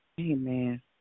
Amen